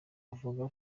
ruvuga